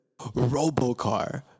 ROBOCAR